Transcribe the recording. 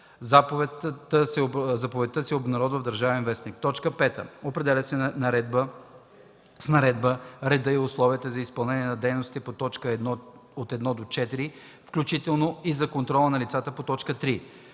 заповедта се обнародва в „Държавен вестник”; 5. определя с наредба реда и условията за изпълнение на дейностите по т. 1-4, включително и за контрола на лицата по т. 3.”